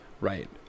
right